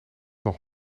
nog